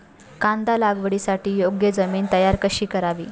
कांदा लागवडीसाठी योग्य जमीन तयार कशी करावी?